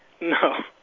No